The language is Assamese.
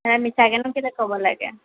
মিছাকেনো কেলেই ক'ব লাগে